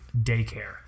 daycare